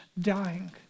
dying